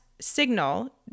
signal